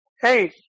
Hey